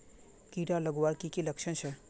कीड़ा लगवार की की लक्षण छे?